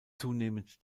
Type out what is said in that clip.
zunehmend